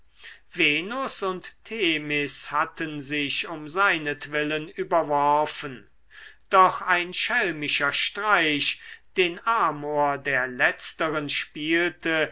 venus und themis hatten sich um seinetwillen überworfen doch ein schelmischer streich den amor der letzteren spielte